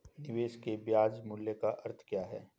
निवेश के ब्याज मूल्य का अर्थ क्या है?